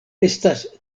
estas